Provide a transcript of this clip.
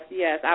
yes